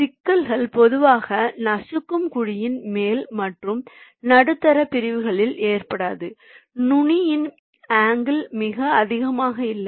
சிக்கல்கள் பொதுவாக நசுக்கும் குழியின் மேல் மற்றும் நடுத்தர பிரிவுகளில் ஏற்படாது நுனியின் ஆங்கில் மிக அதிகமாக இல்லை